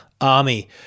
army